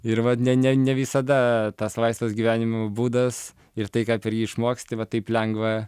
ir va ne ne ne visada tas vaistas gyvenimo būdas ir tai ką išmoksti va taip lengva